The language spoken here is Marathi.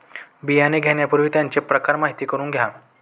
बियाणे घेण्यापूर्वी त्यांचे प्रकार माहिती करून घ्या